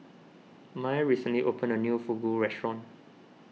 Mai recently opened a new Fugu restaurant